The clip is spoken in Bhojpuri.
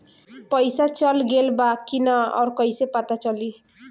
पइसा चल गेलऽ बा कि न और कइसे पता चलि?